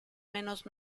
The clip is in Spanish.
menos